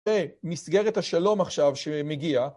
זה מסגרת השלום עכשיו שמגיע.